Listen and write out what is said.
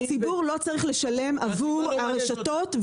הציבור לא צריך לשלם עבור הרשתות,